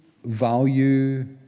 Value